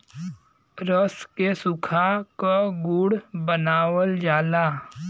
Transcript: रस के सुखा क गुड़ बनावल जाला